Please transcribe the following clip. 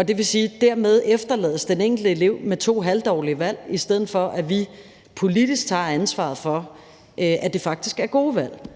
ikke påvirke, og dermed efterlades den enkelte elev med to halvdårlige valgmuligheder, i stedet for at vi politisk tager ansvar for, at der faktisk er gode valgmuligheder.